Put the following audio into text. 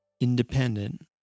independent